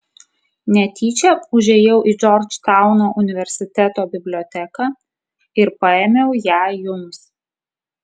netyčia užėjau į džordžtauno universiteto biblioteką ir paėmiau ją jums